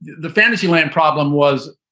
the fantasyland problem was,